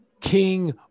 King